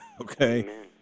okay